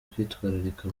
kwitwararika